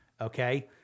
Okay